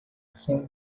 seng